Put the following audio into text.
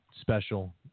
special